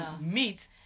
meet